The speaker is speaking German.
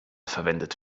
verwendet